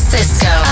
Cisco